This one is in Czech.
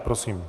Prosím.